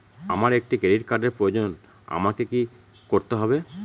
আমার একটি ক্রেডিট কার্ডের প্রয়োজন আমাকে কি করতে হবে?